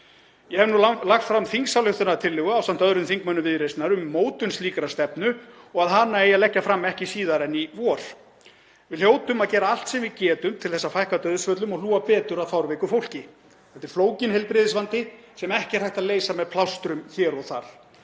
Ég hef nú lagt fram þingsályktunartillögu ásamt öðrum þingmönnum Viðreisnar um mótun slíkrar stefnu og að hana eigi að leggja fram ekki síðar en í vor. Við hljótum að gera allt sem við getum til að fækka dauðsföllum og hlúa betur að fárveiku fólki. Þetta er flókinn heilbrigðisvandi sem ekki er hægt að leysa með plástrum hér og þar.